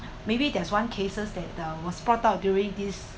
maybe there's one cases that uh was brought out during this